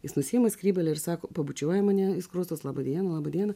jis nusiima skrybėlę ir sako pabučiuoja mane į skruostus laba diena laba diena